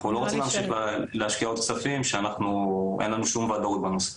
אנחנו לא רוצים להמשיך להשקיע עוד כספים כשאין לנו שום וודאות בנושא.